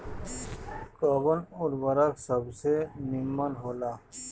कवन उर्वरक सबसे नीमन होला?